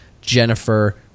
Jennifer